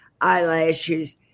eyelashes